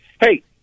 Hey